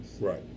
Right